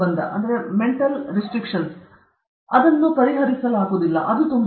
ನಾನು ಅದನ್ನು ಪರಿಹರಿಸಲಾಗುವುದಿಲ್ಲ ಅದು ತುಂಬಾ ಕಷ್ಟ